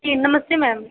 जी नमस्ते मैम